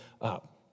up